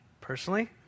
Personally